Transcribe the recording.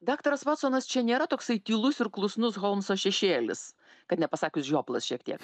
daktaras votsonas čia nėra toksai tylus ir klusnus holmso šešėlis kad nepasakius žioplas šiek tiek